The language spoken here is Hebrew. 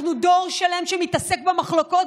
אנחנו דור שלם שמתעסק במחלוקות,